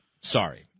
Sorry